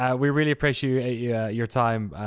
and we really appreciate yeah your time,